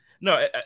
no